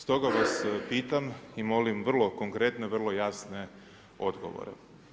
Stoga vas pitam i molim vrlo konkretno i vrlo jasne odgovore.